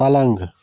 پلنٛگ